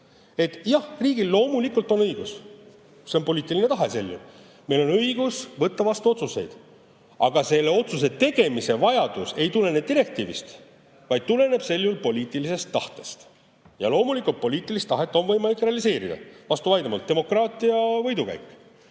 et jah, riigil loomulikult on õigus – see on poliitiline tahe sel juhul – võtta vastu otsuseid, aga selle otsuse tegemise vajadus ei tulene direktiivist, vaid see tuleneb sel juhul poliitilisest tahtest. Loomulikult on poliitilist tahet võimalik realiseerida, vastu vaidlemata, see on demokraatia võidukäik.